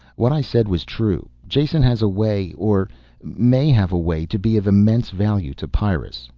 what i said was true. jason has a way or may have a way to be of immense value to pyrrus.